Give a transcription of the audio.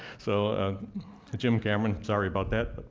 so ah jim cameron, sorry about that.